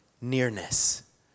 nearness